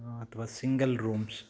ಅಥವಾ single rooms